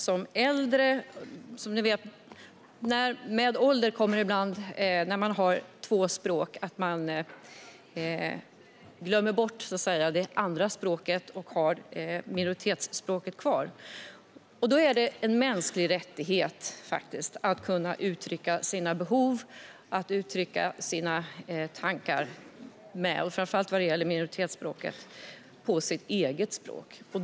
Som äldre kan man glömma bort sitt andra språk och bara ha minoritetsspråket kvar, och det är en mänsklig rättighet att kunna uttrycka sina behov och tankar på sitt eget språk.